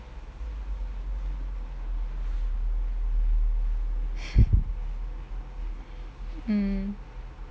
mm